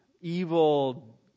evil